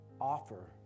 offer